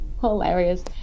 hilarious